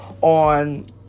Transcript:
on